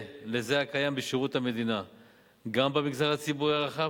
לזה הקיים בשירות המדינה גם במגזר הציבורי הרחב,